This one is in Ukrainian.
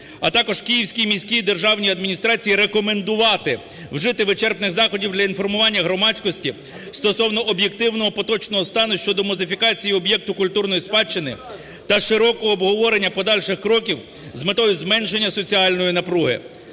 А також Київській міській державній адміністрації рекомендувати вжити вичерпних заходів для інформування громадськості стосовно об'єктивного поточного стану щодо модифікації об'єкту культурної спадщини та широкого обговорення, подальших кроків з метою зменшення соціальної напруги.